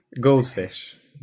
goldfish